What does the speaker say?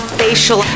facial